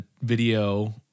video